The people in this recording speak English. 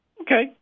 okay